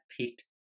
picked